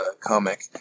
comic